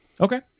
Okay